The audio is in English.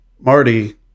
Marty